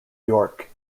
york